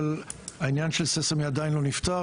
העניין של "ססמי" עדיין לא נפתר,